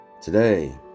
Today